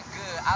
good